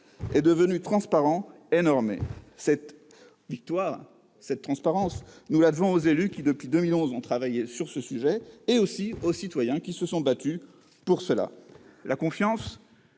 -est devenu transparent et normé. Cette victoire de la transparence, nous la devons aux élus qui, depuis 2011, ont travaillé sur ce sujet et aussi aux citoyens qui se sont battus pour cela. La confiance,